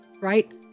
right